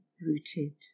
rooted